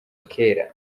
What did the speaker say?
kera